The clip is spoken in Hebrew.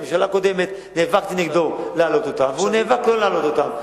בממשלה הקודמת נאבקתי נגדו כדי להעלות אותם והוא נאבק שלא להעלות אותם.